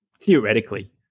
theoretically